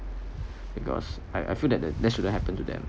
because I I feel that that shouldn't happen to them